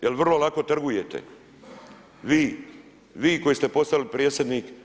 Jer vrlo lako trgujete, vi, vi koji ste postali predsjednik.